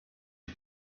die